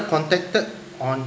contacted on